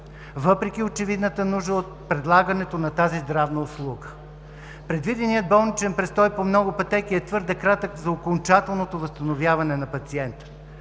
въпреки очевидната нужда от предлагането на тази здравна услуга. Предвиденият болничен престой по много пътеки е твърде кратък за окончателното възстановяване на пациента.